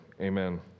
Amen